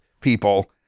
people